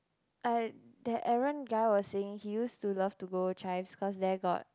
I~ that Aaron guy was saying he used to love to go Chives cause there got